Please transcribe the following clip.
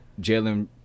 Jalen